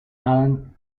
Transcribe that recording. adams